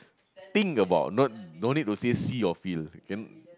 think about no don't need to say see or feel